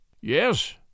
Yes